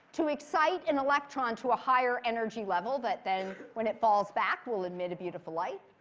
to excite an electron to a higher energy level that then, when it falls back, will emit a beautiful light.